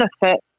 benefit